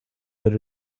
that